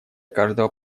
каждого